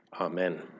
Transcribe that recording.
Amen